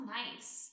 nice